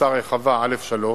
בפריסה רחבה, א-3,